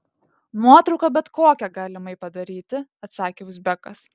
nuotrauką bet kokią galimai padaryti atsakė uzbekas